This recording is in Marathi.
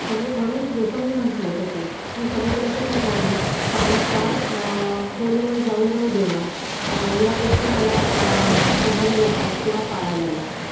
समु म्हणून जसं मी म्हटलं तसं की समुद्राच्या ठिकाणी पाण्यात फार खोलवर जाऊ न देणं या गोष्टी मला पा बघाव्या लागतात किंवा पाळाव्या लागतात